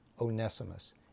Onesimus